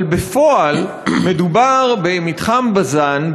אבל בפועל מדובר במתחם בז"ן,